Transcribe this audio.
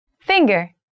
Finger